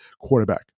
quarterback